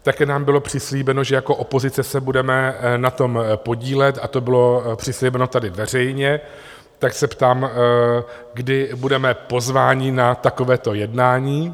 Také nám bylo přislíbeno, že jako opozice se budeme na tom podílet, a to bylo přislíbeno tady veřejně, tak se ptám, kdy budeme pozvání na takovéto jednání?